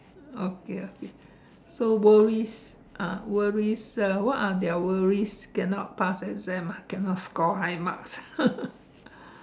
okay okay so worries uh worries (uh)what are their worries cannot pass exam ah cannot score high marks